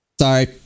Sorry